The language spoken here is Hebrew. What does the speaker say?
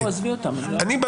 אני אומר